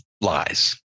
lies